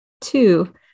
Two